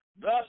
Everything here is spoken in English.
Thus